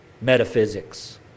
Metaphysics